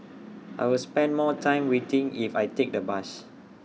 I'll spend more time waiting if I take the bus